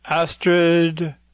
Astrid